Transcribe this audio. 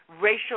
racial